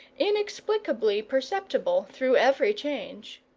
inexplicably perceptible through every change.